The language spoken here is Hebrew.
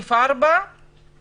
לסעיף 4 אומר: